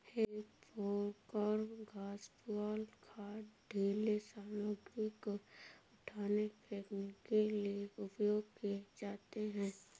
हे फोर्कव घास, पुआल, खाद, ढ़ीले सामग्री को उठाने, फेंकने के लिए उपयोग किए जाते हैं